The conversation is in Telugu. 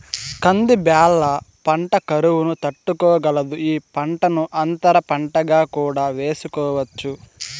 కంది బ్యాళ్ళ పంట కరువును తట్టుకోగలదు, ఈ పంటను అంతర పంటగా కూడా వేసుకోవచ్చు